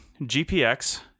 GPX